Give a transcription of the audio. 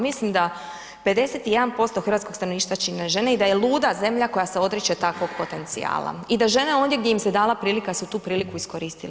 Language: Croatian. Mislim da 51% hrvatskog stanovništva čine žene i da je luda zemlja koja se odriče takvog potencijala i da žene ondje gdje im se dala prilika su tu priliku iskoristile.